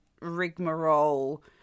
rigmarole